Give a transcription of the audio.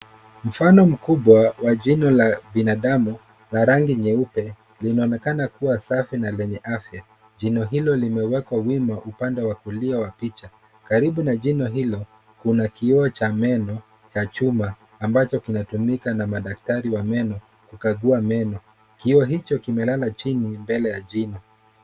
Mfano mkubwa wa jino la binadamu la rangi nyeupe linaonekana kuwa safi na lenye afya. Jino hilo limewekwa wima upande wa kulia wa picha. Karibu na jino hilo kuna kioo cha meno cha chuma ambacho kinatumika na madaktari wa meno kukagua meno. Kioo hicho kimelala chini mbele ya jino.